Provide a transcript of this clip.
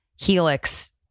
Helix